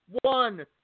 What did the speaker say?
One